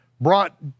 brought